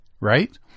Right